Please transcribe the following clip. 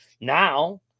now